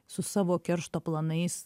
su savo keršto planais